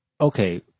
okay